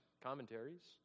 commentaries